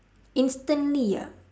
instantly ah